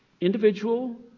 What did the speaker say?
individual